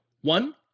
One